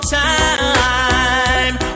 time